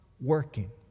working